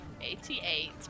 Eighty-eight